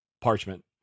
Parchment